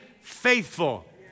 faithful